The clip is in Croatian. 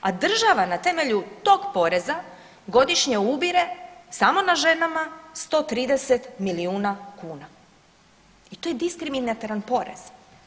A država na temelju tog poreza godišnje ubire samo na ženama 130 milijuna kuna i to je diskriminatoran porez.